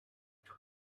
what